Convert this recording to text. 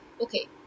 okay